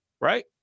right